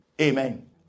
Amen